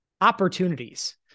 Opportunities